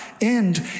end